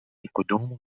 القدوم